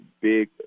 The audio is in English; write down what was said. big